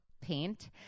paint